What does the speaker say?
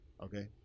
Okay